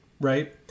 Right